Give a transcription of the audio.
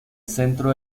centro